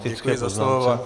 Děkuji za slovo.